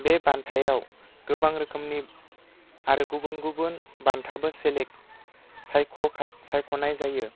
बे बान्थायाव गोबां रोखोमनि आरो गुबुन गुबुन बान्थाबो सायख'नाय जायो